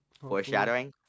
Foreshadowing